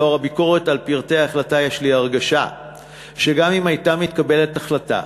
לנוכח הביקורת על פרטי ההחלטה יש לי הרגשה שגם אם הייתה מתקבלת החלטה